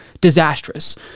disastrous